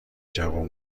جوون